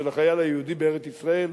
של החייל היהודי בארץ-ישראל,